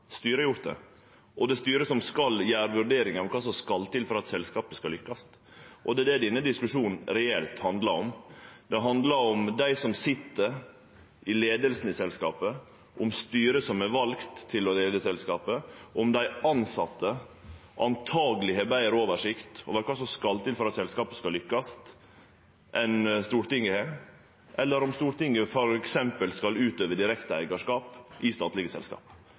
gjort det, og det er styret som skal gjere vurderingar av kva som skal til for at selskapet skal lykkast. Det er det denne diskusjonen reelt handlar om. Den handlar om dei som sit i leiinga i selskapet, om styret som er valt til å leie selskapet, om dei tilsette som antakeleg har betre oversikt over kva som skal til for at selskapet skal lykkast, enn Stortinget har – eller om Stortinget f.eks. skal utøve direkte eigarskap i statlege selskap.